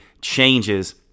changes